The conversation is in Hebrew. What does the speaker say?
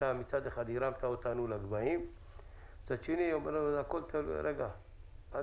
אתה מצד אחד הרמת אותנו לגבהים ומצד שני אתה אומר: אל תתלהבו,